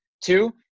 Two